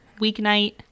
weeknight